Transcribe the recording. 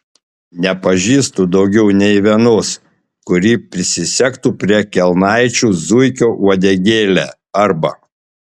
nepažįstu daugiau nė vienos kuri prisisegtų prie kelnaičių zuikio uodegėlę arba